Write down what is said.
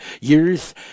years